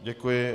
Děkuji.